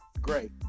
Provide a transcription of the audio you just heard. great